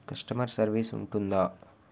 Customer service ఉంటుందా?